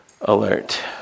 alert